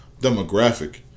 demographic